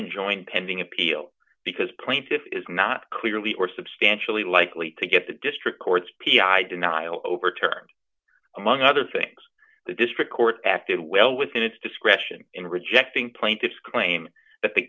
enjoying pending appeal because plaintiffs is not clearly or substantially likely to get the district court's p i denial overturned among other things the district court acted well within its discretion in rejecting plaintiff's claim that the